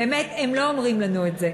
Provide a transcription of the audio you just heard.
באמת, הם לא אומרים לנו את זה.